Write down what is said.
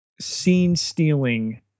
scene-stealing